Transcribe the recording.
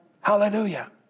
Hallelujah